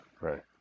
Right